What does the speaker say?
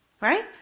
Right